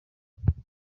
buki